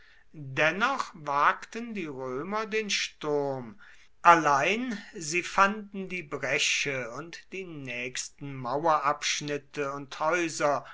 dennoch wagten die römer den sturm allein sie fanden die bresche und die nächsten mauerabschnitte und häuser